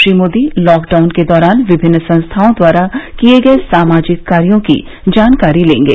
Shri Modi lockdown के दौरान विभिन्न संस्थाओं द्वारा किये गये सामाजिक कार्यो की जानकारी लेंगे